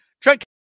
Trent